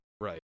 Right